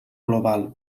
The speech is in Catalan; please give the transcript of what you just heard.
global